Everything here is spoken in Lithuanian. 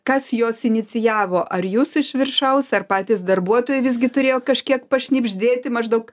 kas juos inicijavo ar jūs iš viršaus ar patys darbuotojai visgi turėjo kažkiek pašnibždėti maždaug